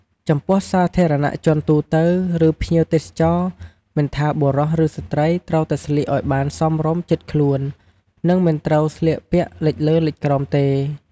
ចំពោះសាធារណៈជនទូទៅ ឬភ្ញៀវទេសចរណ៍ មិនថាបុរសឬស្រ្តីត្រូវតែស្លៀកឲ្យបានសមរម្យជិតខ្លួន និងមិនត្រូវស្លៀកពាក់លិចលើលិចក្រោមទេ។